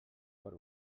per